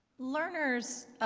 learners